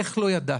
איך לא ידעתי?